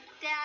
Dad